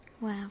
Wow